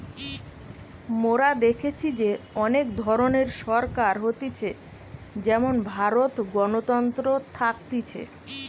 মোরা দেখেছি যে অনেক ধরণের সরকার হতিছে যেমন ভারতে গণতন্ত্র থাকতিছে